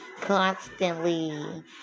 constantly